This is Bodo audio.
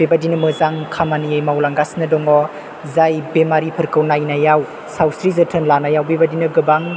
बेबादिनो मोजां खामानि मावलांगासिनो दङ जाय बेमारिफोरखौ नायनायाव सावस्रि जोथोन लानायाव बेबादिनो गोबां